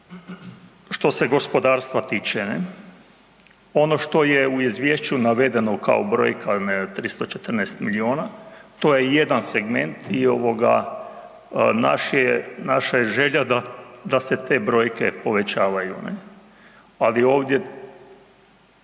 što se gospodarstva tiče, ne, ono što je u izvješću navedeno kao brojka, 314 milijuna, to je jedan segment i naša je želja da se te brojke povećavaju ali ovdje